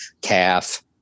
calf